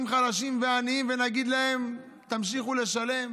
חלשים ועניים ונגיד להם: תמשיכו לשלם?